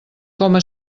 coma